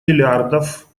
миллиардов